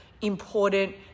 important